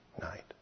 night